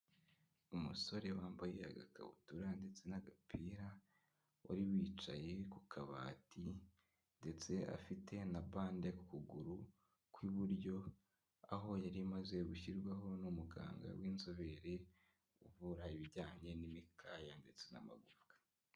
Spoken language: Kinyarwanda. Umusore wambaye agakabutura ndetse n'agapira, wari wicaye ku kabati ndetse afite na bande ku kuguru kw'iburyo aho yari amaze gushyirwaho n'umuganga w'inzobere uvura ibijyanye n'imikaya ndetse n'amagufwa.